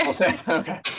Okay